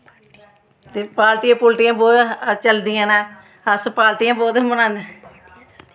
ते पार्टियां पूर्टियां चलदियां न अस पार्टियां बौह्त मनान्ने